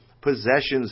possessions